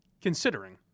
considering